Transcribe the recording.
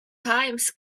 times